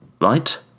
right